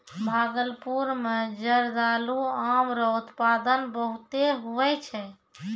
भागलपुर मे जरदालू आम रो उत्पादन बहुते हुवै छै